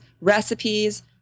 recipes